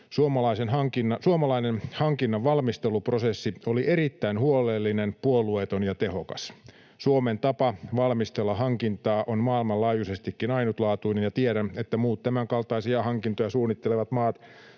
Suomalainen hankinnanvalmisteluprosessi oli erittäin huolellinen, puolueeton ja tehokas. Suomen tapa valmistella hankintaa on maailmanlaajuisestikin ainutlaatuinen, ja tiedän, että muut tämänkaltaisia hankintoja suunnittelevat maat